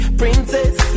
princess